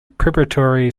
preparatory